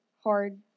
hard